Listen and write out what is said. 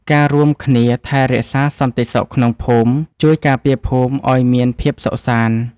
ការរួមគ្នាថែរក្សាសន្តិសុខក្នុងភូមិ ជួយការពារភូមិឲ្យមានភាពសុខសាន្ដ។